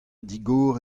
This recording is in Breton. digor